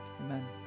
Amen